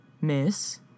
Miss